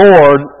Lord